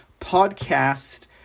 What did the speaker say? podcast